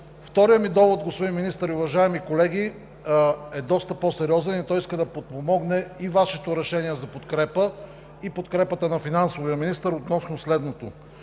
Вторият ми довод, господин Министър и уважаеми колеги, е доста по-сериозен и той иска да подпомогне и Вашето решение за подкрепа, и подкрепата на финансовия министър относно следното.